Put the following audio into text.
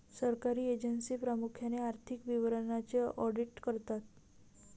सरकारी एजन्सी प्रामुख्याने आर्थिक विवरणांचे ऑडिट करतात